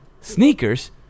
sneakers